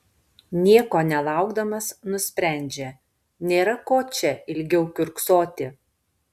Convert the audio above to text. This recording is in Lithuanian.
nieko nelaukdamas nusprendžia nėra ko čia ilgiau kiurksoti